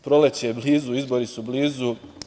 Proleće je blizu, izbori su blizu.